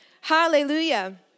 Hallelujah